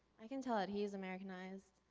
i can tell that he is americanized.